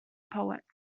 poets